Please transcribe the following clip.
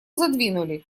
задвинули